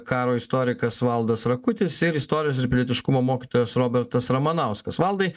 karo istorikas valdas rakutis ir istorijos pilietiškumo mokytojas robertas ramanauskas valdai